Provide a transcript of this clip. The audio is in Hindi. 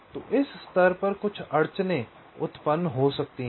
तो इस स्तर पर कुछ अड़चनें उत्पन्न हो सकती हैं